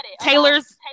taylor's